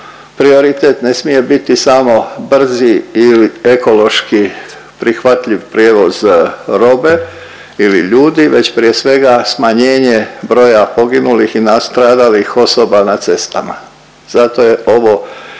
prioritet ne smije biti samo brzi ili ekološki prihvatljiv prijevoz robe ili ljudi već prije svega smanjenje broja poginulih i nastradalih osoba na cestama. Zato je ovo